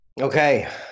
Okay